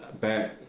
back